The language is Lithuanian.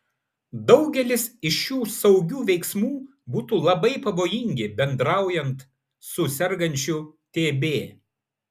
daugelis iš šių saugių veiksmų būtų labai pavojingi bendraujant su sergančiu tb